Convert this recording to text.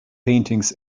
paintings